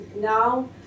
now